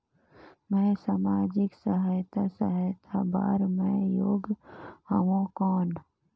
मैं समाजिक सहायता सहायता बार मैं योग हवं कौन?